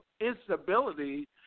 instability